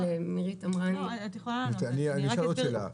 אני אשאל עוד שאלה.